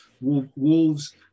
Wolves